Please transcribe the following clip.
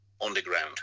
underground